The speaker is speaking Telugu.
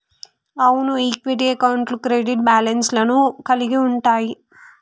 అవును ఈక్విటీ అకౌంట్లు క్రెడిట్ బ్యాలెన్స్ లను కలిగి ఉంటయ్యి